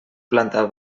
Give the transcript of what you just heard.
planta